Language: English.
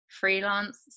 freelance